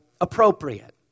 appropriate